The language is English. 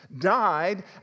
died